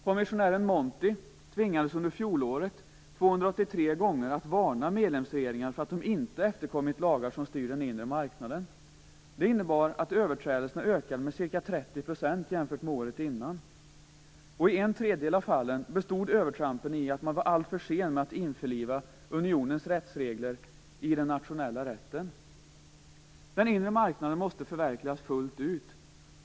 Kommissionären Monti tvingades under fjolåret att 283 gånger varna medlemsregeringar för att de inte efterkommit lagar som styr den inre marknaden. Det innebar att överträdelserna ökade med ca 30 % jämfört med året innan. I en tredjedel av fallen bestod övertrampen i att man var alltför sen med att införliva unionens rättsregler i den nationella rätten. Den inre marknaden måste förverkligas fullt ut.